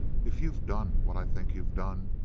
if you've done what i think you've done,